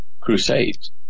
crusades